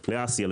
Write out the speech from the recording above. לאסיה,